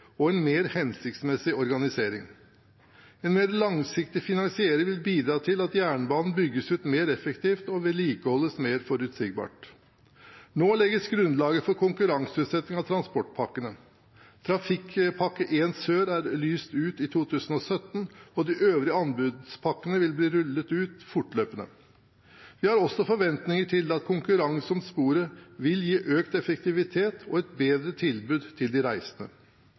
og en mer hensiktsmessig organisering. En mer langsiktig finansiering vil bidra til at jernbanen bygges ut mer effektivt og vedlikeholdes mer forutsigbart. Nå legges grunnlaget for konkurranseutsetting av transportpakkene. Trafikkpakke 1 Sør er lyst ut i 2017, og de øvrige anbudspakkene vil bli rullet ut fortløpende. Vi har også forventninger til at konkurranse om sporet vil gi økt effektivitet og et bedre tilbud til de reisende.